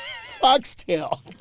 foxtail